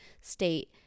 state